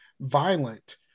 violent